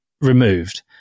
removed